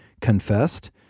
confessed